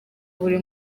buri